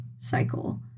Cycle